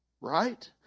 Right